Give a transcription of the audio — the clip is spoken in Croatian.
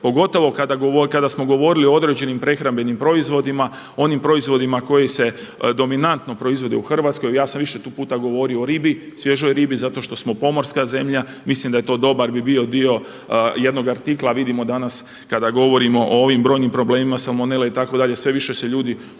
pogotovo kada smo govorili o određenim prehrambenim proizvodima, onim proizvodima koji se dominantno proizvode u Hrvatskoj. Ja sam više puta tu govorio o ribi, svježoj ribi zato što smo pomorska zemlja. Mislim da je to dobar bi bio dio jednoga artikla, a vidimo danas kada govorimo o ovim brojim problemima salmonele itd. sve više se ljudi